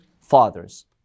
fathers